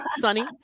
sunny